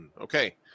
Okay